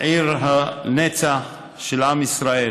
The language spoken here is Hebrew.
עיר הנצח של עם ישראל.